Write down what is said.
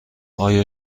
آیا